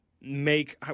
make